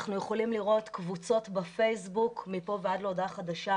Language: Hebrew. אנחנו יכולים לראות קבוצות בפייסבוק מפה ועד להודעה חדשה,